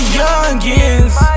youngins